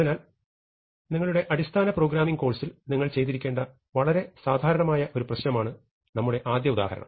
അതിനാൽ നിങ്ങളുടെ അടിസ്ഥാന പ്രോഗ്രാമിംഗ് കോഴ്സിൽ നിങ്ങൾ ചെയ്തിരിക്കേണ്ട വളരെ സാധാരണമായ ഒരു പ്രശ്നമാണ് നമ്മുടെ ആദ്യ ഉദാഹരണം